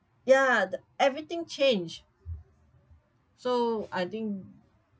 ya t~ everything changed so I think